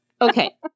okay